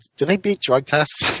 do they beat drug tests?